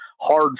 hard